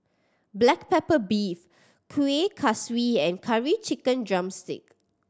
black pepper beef Kuih Kaswi and Curry Chicken drumstick